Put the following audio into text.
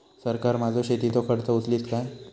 सरकार माझो शेतीचो खर्च उचलीत काय?